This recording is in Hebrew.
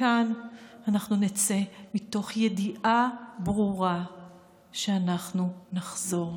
מכאן אנחנו נצא מתוך ידיעה ברורה שאנחנו נחזור.